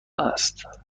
است